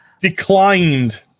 declined